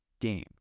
game